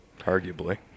arguably